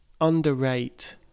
underrate